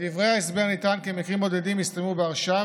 בדברי ההסבר נטען כי מקרים בודדים הסתיימו בהרשעה,